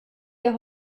der